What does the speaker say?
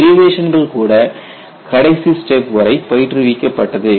டெரிவேஷன்கள் கூட கடைசி ஸ்டெப் வரை பயிற்றுவிக்கப்பட்டது